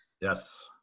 yes